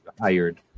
hired